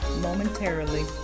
momentarily